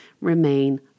remain